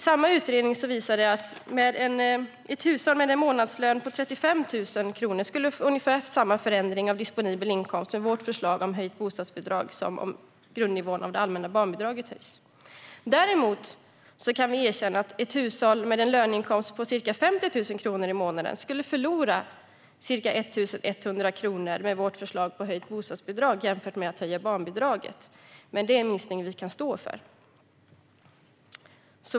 Samma utredning visar att ett hushåll med en månadslön på 35 000 kronor skulle få ungefär samma förändring av disponibel inkomst med vårt förslag om höjt bostadsbidrag som om grundnivån i det allmänna barnbidraget höjs. Däremot kan vi erkänna att ett hushåll med en löneinkomst på ca 50 000 kronor i månaden skulle förlora ca 1 100 kronor med vårt förslag om höjt bostadsbidrag jämfört med att höja barnbidraget. Det är dock en minskning vi kan stå för.